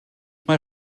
mae